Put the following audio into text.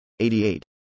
88